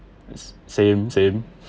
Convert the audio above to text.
same same